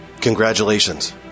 Congratulations